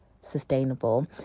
Sustainable